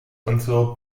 until